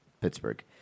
Pittsburgh